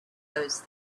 those